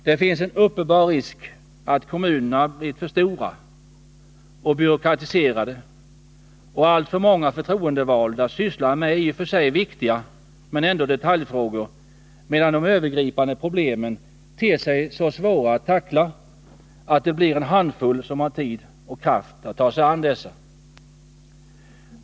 Det finns en uppenbar risk för att kommunerna har blivit så stora och byråkratiserade att alltför många förtroendevalda sysslar med i och för sig viktiga men ändå detaljfrågor, medan de övergripande problemen ter sig så svåra att tackla att det bara blir en handfull människor som har tid och kraft att ta sig an dessa.